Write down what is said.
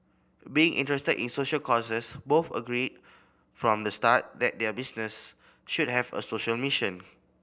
being interested in social causes both agreed from the start that their business should have a social mission